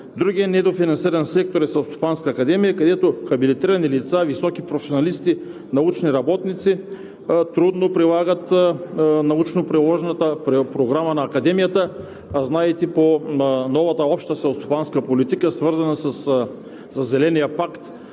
Другият недофинансиран сектор е Селскостопанската академия, където хабилитирани лица, високи професионалисти, научни работници трудно прилагат научно-приложната програма на Академията, а, знаете, по новата Обща селскостопанска политика, свързана със зеления пакт,